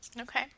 Okay